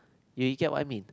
you you get what I mean